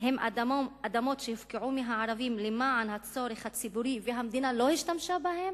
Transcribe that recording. הם אדמות שהופקעו מהערבים למען הצורך הציבורי והמדינה לא השתמשה בהן?